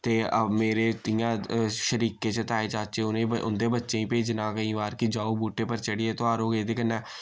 ते मेरे इय्यां शरीकें च ताए चाचे उ'ने उं'दे बच्चें भेजना केईं बार कि जाओ बूह्टे पर चढ़ियै तुआरो एह्दे कन्नै